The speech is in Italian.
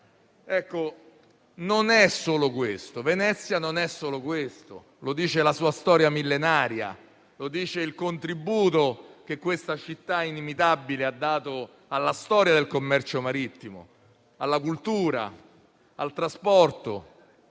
anche per Venezia. Ma Venezia non è solo questo e lo dice la sua storia millenaria, il contributo che questa città inimitabile ha dato alla storia del commercio marittimo, alla cultura, al trasporto,